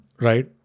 right